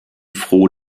froh